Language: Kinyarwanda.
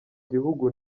gihugu